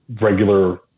regular